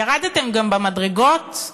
ירדתם גם במדרגות?